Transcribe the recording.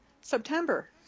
September